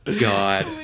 God